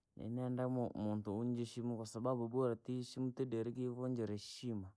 Ni neenda mu- muntu ujusheshimu, kwasababu bora tuiheshimu tidire kuivunjira heshi.